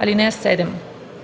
(7) Алинеи 1